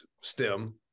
stem